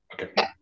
Okay